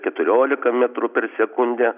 keturiolika metrų per sekundę